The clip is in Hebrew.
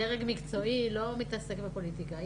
דרג מקצועי לא מתעסק בפוליטיקה.